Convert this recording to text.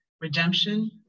redemption